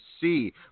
see